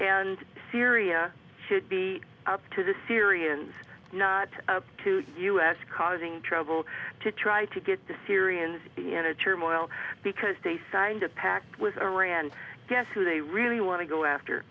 and syria should be up to the syrians not to us causing trouble to try to get the syrians into turmoil because they signed a pact with iran guess who they really want to go after